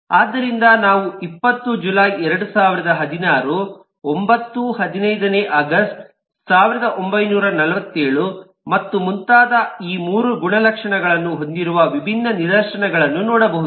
ಆದ್ದರಿಂದ ನಾವು 20 ಜುಲೈ 2016 9 15 ನೇ ಆಗಸ್ಟ್ 1947 ಮತ್ತು ಮುಂತಾದ ಈ 3 ಗುಣಲಕ್ಷಣಗಳನ್ನು ಹೊಂದಿರುವ ವಿಭಿನ್ನ ನಿದರ್ಶನಗಳನ್ನು ನೋಡಬಹುದು